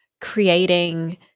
creating